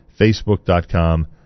Facebook.com